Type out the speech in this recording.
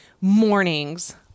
mornings